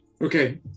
okay